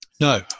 No